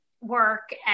work